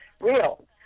real